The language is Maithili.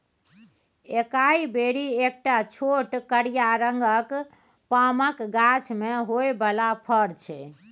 एकाइ बेरी एकटा छोट करिया रंगक पामक गाछ मे होइ बला फर छै